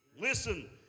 Listen